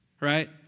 right